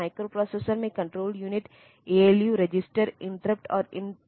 जैसे इस विशेष बिट पैटर्न 0011 1100